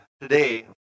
today